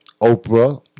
Oprah